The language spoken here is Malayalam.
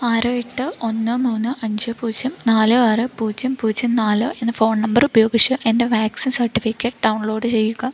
ആറ് എട്ട് ഒന്ന് മൂന്ന് അഞ്ച് പൂജ്യം നാല് ആറ് പൂജ്യം പൂജ്യം നാല് എന്ന ഫോൺ നമ്പർ ഉപയോഗിച്ച് എന്റെ വാക്സിൻ സർട്ടിഫിക്കറ്റ് ഡൗൺലോഡ് ചെയ്യുക